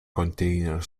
container